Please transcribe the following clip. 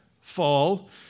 fall